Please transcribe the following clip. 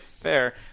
fair